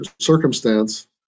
circumstance